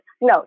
No